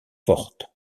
fortes